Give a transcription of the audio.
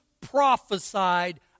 prophesied